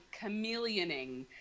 Chameleoning